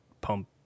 pump